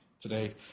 today